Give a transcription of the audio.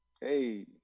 Hey